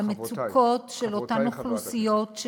למצוקות של אותן אוכלוסיות, חברותי.